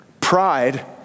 Pride